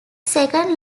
second